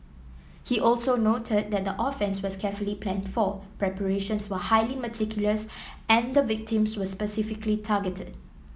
he also noted that the offence was carefully planned for preparations were highly meticulous and the victims were specifically targeted